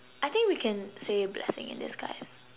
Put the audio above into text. I think we can say blessing in disguise